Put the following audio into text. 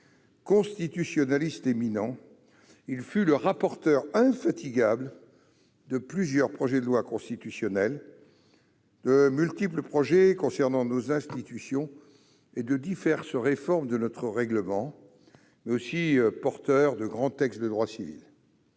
Constitutionnaliste éminent, il fut le rapporteur infatigable de plusieurs projets de loi constitutionnelle, de multiples projets de loi concernant nos institutions et de diverses réformes de notre règlement, mais aussi de grands textes de droit civil.